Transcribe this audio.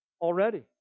already